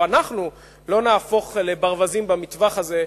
או אנחנו לא נהפוך לברווזים במטווח הזה,